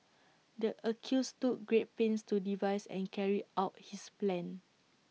the accused took great pains to devise and carry out his plan